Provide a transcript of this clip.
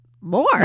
More